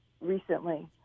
recently